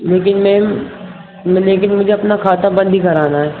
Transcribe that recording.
لیکن میم لیکن مجھے اپنا خاتہ بند ہی کرانا ہے